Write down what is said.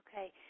Okay